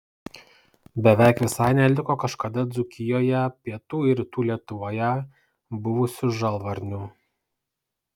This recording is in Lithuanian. beveik visai neliko kažkada dzūkijoje pietų ir rytų lietuvoje buvusių žalvarnių